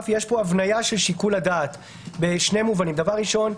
יש פה הבניה של שיקול הדעת בשני מובנים: ראשית,